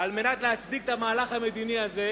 וכדי להצדיק את המהלך המדיני הזה,